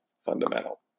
fundamental